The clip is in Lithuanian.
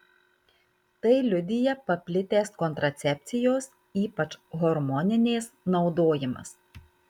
tai liudija paplitęs kontracepcijos ypač hormoninės naudojimas